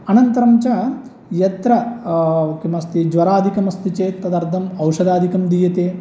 अनन्तरं च यत्र किमस्ति ज्वरादिकमस्ति चेत् तदर्थ औषधादिकं दीयते